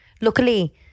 Luckily